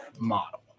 model